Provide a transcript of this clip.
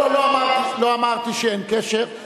אמרתי לו, שאין קשר, לא, לא אמרתי שאין קשר.